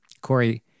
Corey